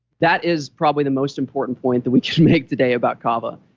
that is probably the most important point that we can make today about kava.